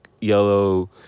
Yellow